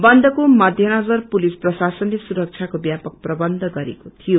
बन्दको मध्यनजर पुलिस प्रशासनले सुरक्षाको व्यापक प्रबन्ध गरेको यियो